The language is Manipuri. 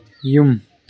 ꯌꯨꯝ